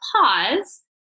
pause